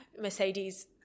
mercedes